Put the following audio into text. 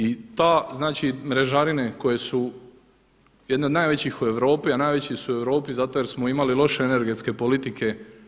I ta, znači mrežarine koje su jedne od najvećih u Europi, a najveći su u Europi zato jer smo imali loše energetske politike.